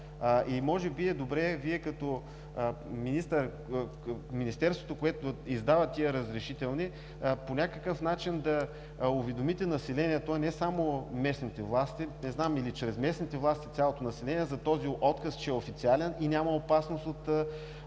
Може би е добре Вие като министър на Министерството, което издава тези разрешителни, по някакъв начин да уведомите населението, а не само местните власти. Не знам?! Или чрез местните власти – цялото население, че този отказ е официален и няма опасност от